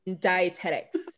Dietetics